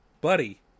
buddy